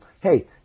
hey